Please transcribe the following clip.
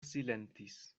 silentis